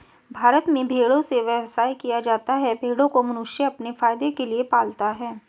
भारत में भेड़ों से व्यवसाय किया जाता है भेड़ों को मनुष्य अपने फायदे के लिए पालता है